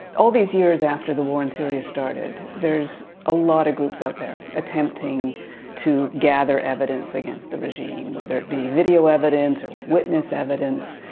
all these years after the war in syria started, there's a lot of groups out there attempting to gather evidence against the regime, whether it be video evidence, or witness evidence.